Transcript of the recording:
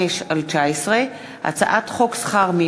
פ/19/2043, הצעת חוק דמי